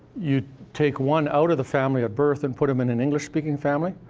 you take one out of the family at birth and put im in an english-speaking family,